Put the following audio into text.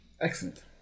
Excellent